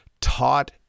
taught